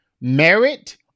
merit